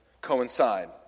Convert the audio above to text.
coincide